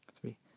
three